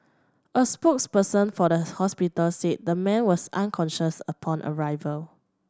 a spokesperson for the hospital said the man was unconscious upon arrival